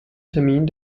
termin